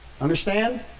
Understand